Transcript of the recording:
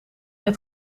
het